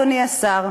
אדוני השר,